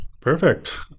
Perfect